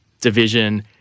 division